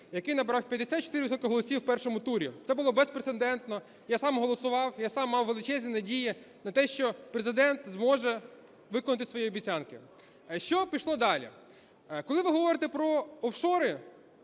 який набрав 54 відсотки голосів в першому турі – це було безпрецедентно. Я сам голосував, я сам мав величезні надії на те, що Президент зможе виконати свої обіцянки. Що пішло далі? Коли ви говорите про офшори